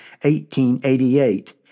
1888